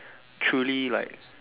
truly like